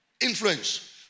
Influence